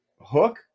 Hook